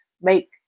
make